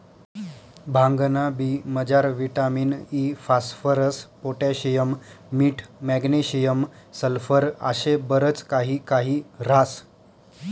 भांगना बी मजार विटामिन इ, फास्फरस, पोटॅशियम, मीठ, मॅग्नेशियम, सल्फर आशे बरच काही काही ह्रास